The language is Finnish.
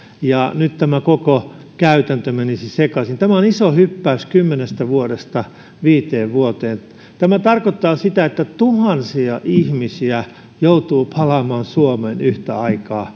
ja nyt tämä koko käytäntö menisi sekaisin tämä on iso hyppäys kymmenestä vuodesta viiteen vuoteen tämä tarkoittaa sitä että tuhansia ihmisiä joutuu palaamaan suomeen yhtä aikaa ei